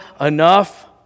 enough